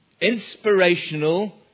Inspirational